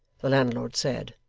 the landlord said,